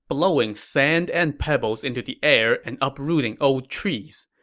blowing sand and pebbles into the air and uprooting old trees.